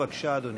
בבקשה, אדוני.